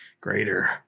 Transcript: greater